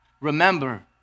Remember